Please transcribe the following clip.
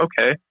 okay